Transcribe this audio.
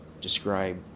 describe